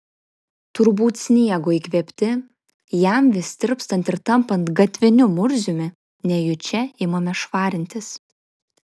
turbūt sniego įkvėpti jam vis tirpstant ir tampant gatviniu murziumi nejučia imame švarintis